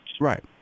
Right